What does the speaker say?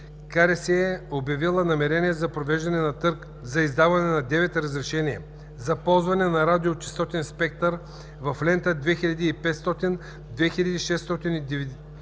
съобщенията е обявила намерение за провеждане на търг за издаване на 9 разрешения за ползване на радиочестотен спектър в лента 2500-2690